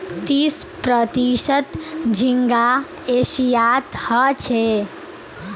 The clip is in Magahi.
तीस प्रतिशत झींगा एशियात ह छे